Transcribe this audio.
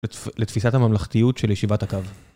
לתפיסת הממלכתיות של ישיבת הקו.